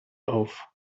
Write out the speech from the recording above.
auf